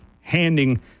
handing